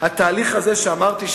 התהליך הזה שאמרתי,